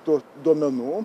tų duomenų